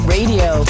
Radio